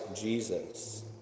Jesus